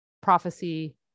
prophecy